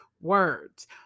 words